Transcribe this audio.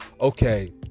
okay